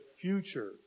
future